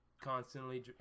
constantly